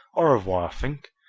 au revoir, fink!